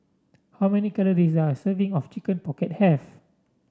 how many calories does a serving of Chicken Pocket have